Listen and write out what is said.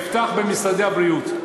אפתח במשרד הבריאות.